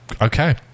Okay